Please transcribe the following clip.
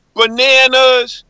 bananas